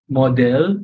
model